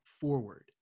forward